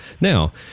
Now